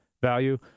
value